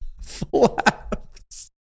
Flaps